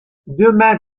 demain